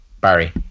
Barry